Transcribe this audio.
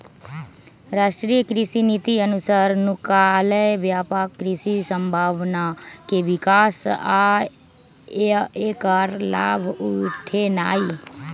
राष्ट्रीय कृषि नीति अनुसार नुकायल व्यापक कृषि संभावना के विकास आ ऐकर लाभ उठेनाई